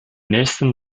nächsten